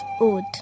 old